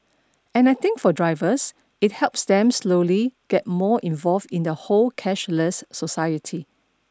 and I think for drivers it helps them slowly get more involved in the whole cashless society